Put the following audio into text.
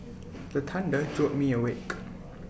the thunder jolt me awake